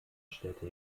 städte